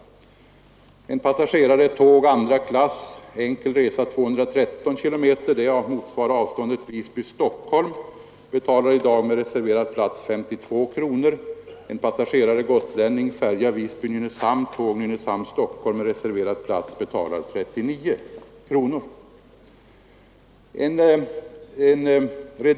En tågpassagerare på fastlandet betalar i andra klass, enkel resa, 213 km — det motsvarar avståndet Visby—Stockholm — i dag med reserverad plats 52 kronor. En gotlänning som reser med färja Visby—Nynäshamn och tåg Nynäshamn— Stockholm med reserverad plats betalar 39 kronor.